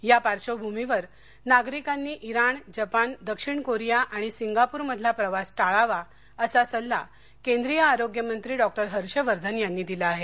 या पार्श्वभूमीवर नागरिकांनी इराण जपान दक्षिण कोरिया आणि सिंगापूरमधला प्रवास टाळावा असा सल्ला केंद्रीय आरोग्यमंत्री डॉक्टर हर्षवर्धन यांनी दिला आहे